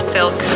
Silk